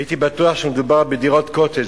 הייתי בטוח שמדובר בדירות קוטג',